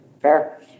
Fair